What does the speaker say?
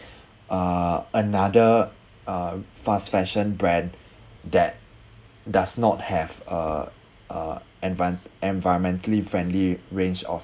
uh another uh fast fashion brand that does not have uh uh envi~ environmentally friendly range of